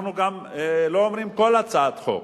אנחנו גם לא אומרים: כל הצעת חוק,